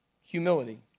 humility